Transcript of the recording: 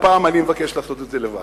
הפעם אני מבקש לעשות את זה לבד.